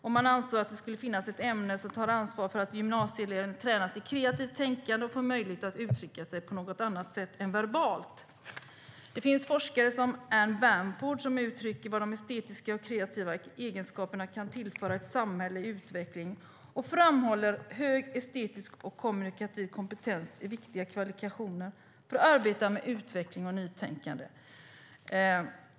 Vi anser att det skall finnas ett ämne som tar ansvar för att gymnasieleven tränas i kreativt tänkande och får möjlighet att uttrycka sig på något annat sätt än verbalt." Forskaren Anne Bamford har uttryckt vad de estetiska och kreativa egenskaperna kan tillföra ett samhälle i utveckling och framhåller att hög estetisk och kommunikativ kompetens är viktiga kvalifikationer för att arbeta med utveckling och nytänkande.